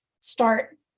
start